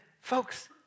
folks